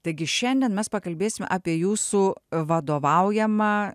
taigi šiandien mes pakalbėsime apie jūsų vadovaujamą